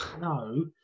No